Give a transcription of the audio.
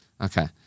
Okay